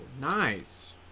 nice